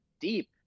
deep